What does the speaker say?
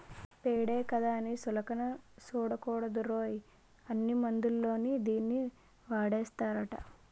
పేడే కదా అని సులకన సూడకూడదురోయ్, అన్ని మందుల్లోని దీన్నీ వాడేస్తారట